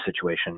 situation